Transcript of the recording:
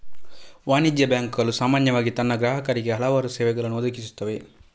ವಾಣಿಜ್ಯ ಬ್ಯಾಂಕುಗಳು ಸಾಮಾನ್ಯವಾಗಿ ತನ್ನ ಗ್ರಾಹಕರಿಗೆ ಹಲವಾರು ಸೇವೆಗಳನ್ನು ಒದಗಿಸುತ್ತವೆ